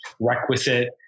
requisite